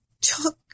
took